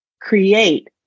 create